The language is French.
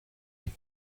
est